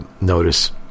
notice